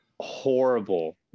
horrible